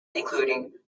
including